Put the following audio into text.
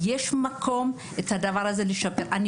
שיש מקום לשפר את הדבר הזה.